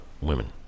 women